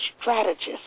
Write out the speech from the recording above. strategist